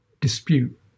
dispute